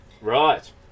right